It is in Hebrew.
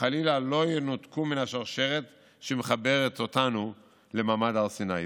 חלילה לא ינותקו מן השרשרת שמחברת אותנו למעמד הר סיני.